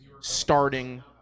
starting